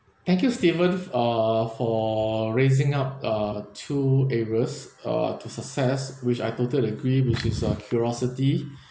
thank you stephen f~ uh for raising up uh two areas uh to success which I totally agree which is uh curiosity